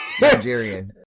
Nigerian